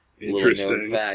Interesting